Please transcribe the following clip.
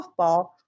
softball